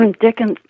Dickens